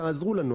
תעזרו לנו.